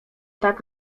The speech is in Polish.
tak